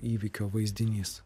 įvykio vaizdinys